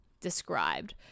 described